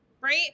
right